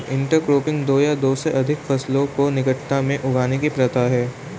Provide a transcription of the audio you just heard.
intercropping दो या दो से अधिक फसलों को निकटता में उगाने की प्रथा है